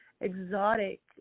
exotic